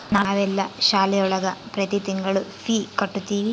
ನಾವೆಲ್ಲ ಶಾಲೆ ಒಳಗ ಪ್ರತಿ ತಿಂಗಳು ಫೀ ಕಟ್ಟುತಿವಿ